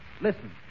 listen